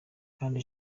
kandi